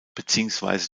beziehungsweise